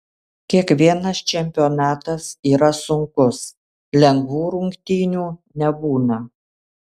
kiekvienas čempionatas yra sunkus lengvų rungtynių nebūna